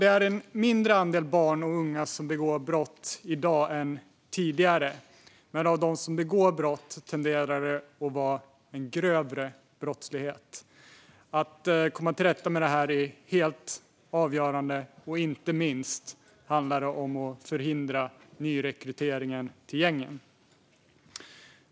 Det är en mindre andel barn och unga som begår brott i dag än tidigare, men bland dem som begår brott tenderar det att bli en grövre brottslighet. Att komma till rätta med detta är helt avgörande. Inte minst handlar det om att förhindra nyrekryteringen till gängen.